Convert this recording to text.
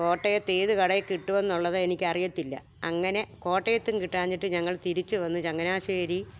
കോട്ടയത്ത് ഏത് കടയില് കിട്ടുമെന്നുള്ളത് എനിക്ക് അറിയത്തില്ല അങ്ങനെ കോട്ടയത്തും കിട്ടാഞ്ഞിട്ട് ഞങ്ങൾ തിരിച്ചുവന്നു ചങ്ങനാശേരി